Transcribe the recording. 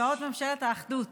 נפלאות ממשלת האחדות.